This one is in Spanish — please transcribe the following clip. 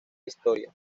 historia